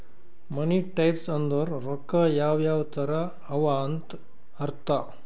ಮನಿ types ಅಂದುರ್ ರೊಕ್ಕಾ ಯಾವ್ ಯಾವ್ ತರ ಅವ ಅಂತ್ ಅರ್ಥ